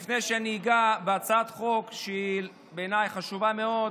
לפני שאני אגע בהצעת חוק שהיא בעיניי חשובה מאוד,